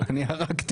אני רוצה לספר לו.